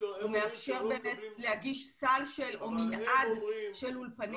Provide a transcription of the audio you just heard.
הוא מאפשר באמת להגיש סל או מנעד של אולפנים